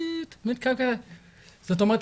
זאת אומרת,